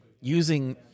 using